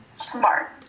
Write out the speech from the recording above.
smart